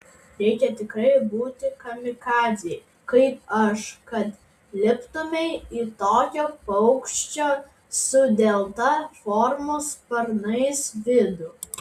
reikia tikrai būti kamikadzei kaip aš kad liptumei į tokio paukščio su delta formos sparnais vidų